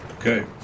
Okay